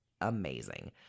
amazing